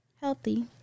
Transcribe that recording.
healthy